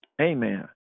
amen